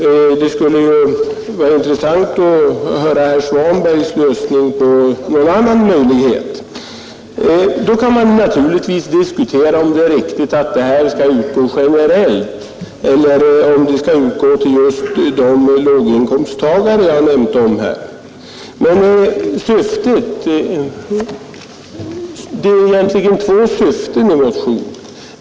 Det skulle vara intressant att höra om herr Svanberg har något annat förslag. Man kan naturligtvis diskutera om det är riktigt att den här restitutionen skall utgå generellt eller just till låginkomsttagare. Men det är egentligen två syften i motionen.